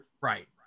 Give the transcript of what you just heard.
Right